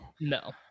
no